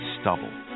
stubble